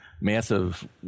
massive